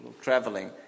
traveling